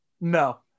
No